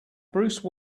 bruce